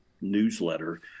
newsletter